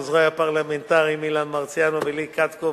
עוזרי הפרלמנטריים אילן מרסיאנו ולי קטקוב,